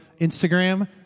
Instagram